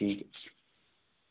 ठीक